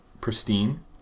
pristine